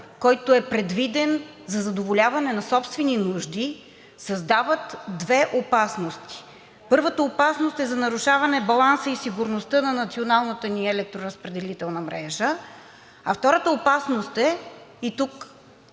който е предвиден за задоволяване на собствени нужди, създават две опасности. Първата опасност е за нарушаване баланса и сигурността на националната ни електроразпределителна мрежа. Втората опасност е, и тук